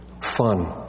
fun